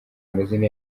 amazina